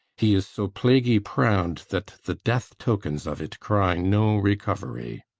he is so plaguy proud that the death tokens of it cry no recovery